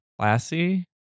classy